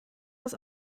das